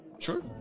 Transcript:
Sure